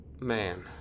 Man